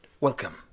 Welcome